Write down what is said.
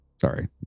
Sorry